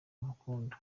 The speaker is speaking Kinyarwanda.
amukunda